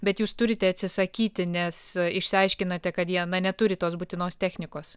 bet jūs turite atsisakyti nes išsiaiškinate kad jie na neturi tos būtinos technikos